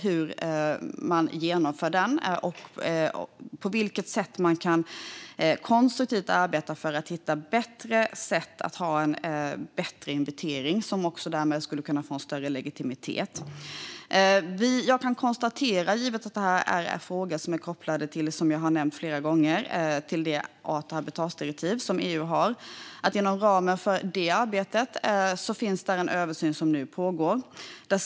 Man ska titta vidare på hur den genomförs och på vilket sätt man konstruktivt kan arbeta för att hitta sätt att få en bättre inventering, som också därmed skulle kunna få en större legitimitet. Givet att detta, som jag har nämnt flera gånger, är en fråga som är kopplad till det art och habitatdirektiv som EU har kan jag konstatera att det inom ramen för detta arbete finns en översyn som nu pågår.